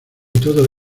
todo